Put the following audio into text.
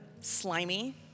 slimy